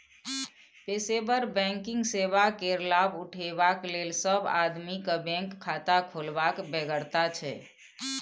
पेशेवर बैंकिंग सेवा केर लाभ उठेबाक लेल सब आदमी केँ बैंक खाता खोलबाक बेगरता छै